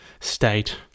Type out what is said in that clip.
state